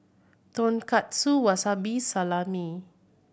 Tonkatsu Wasabi Salami